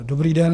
Dobrý den.